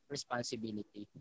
responsibility